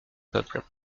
peuple